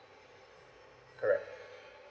correct